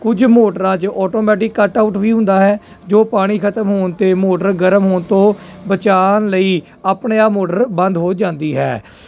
ਕੁਝ ਮੋਟਰਾਂ 'ਚ ਆਟੋਮੈਟਿਕ ਕੱਟ ਆਊਟ ਵੀ ਹੁੰਦਾ ਹੈ ਜੋ ਪਾਣੀ ਖਤਮ ਹੋਣ 'ਤੇ ਮੋਟਰ ਗਰਮ ਹੋਣ ਤੋਂ ਬਚਾਉਣ ਲਈ ਆਪਣੇ ਆਪ ਮੋਟਰ ਬੰਦ ਹੋ ਜਾਂਦੀ ਹੈ